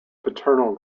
paternal